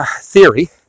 Theory